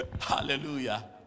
Hallelujah